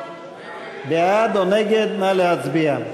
בעד או נגד, נא להצביע.